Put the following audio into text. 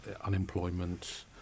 unemployment